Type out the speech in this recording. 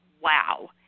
wow